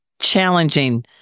challenging